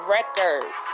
Records